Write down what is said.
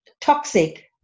toxic